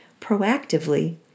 proactively